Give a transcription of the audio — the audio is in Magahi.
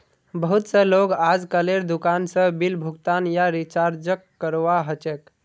बहुत स लोग अजकालेर दुकान स बिल भुगतान या रीचार्जक करवा ह छेक